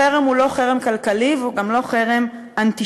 החרם הוא לא חרם כלכלי, והוא גם לא חרם אנטישמי.